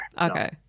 okay